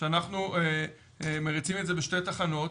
שאנחנו מריצים את זה בשתי תחנות,